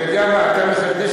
אתה יודע מה, אתה מחדש.